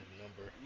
number